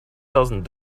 thousand